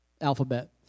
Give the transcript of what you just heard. alphabet